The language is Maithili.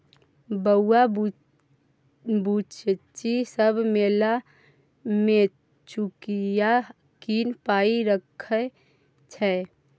बौआ बुच्ची सब मेला मे चुकिया कीन पाइ रखै छै